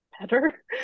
better